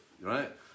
right